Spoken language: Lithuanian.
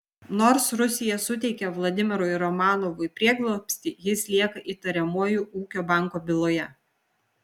nors rusija suteikė vladimirui romanovui prieglobstį jis lieka įtariamuoju ūkio banko byloje